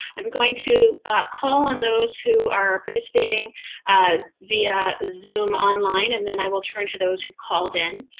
i'm going to call on those who are participating via zoom online, and then i will turn to those who called in.